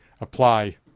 apply